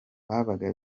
babaga